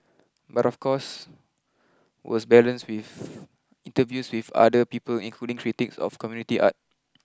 but of course was balanced with interviews with other people including critics of community art